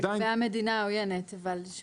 נקבעה מדינה עוינת, יש